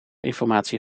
informatie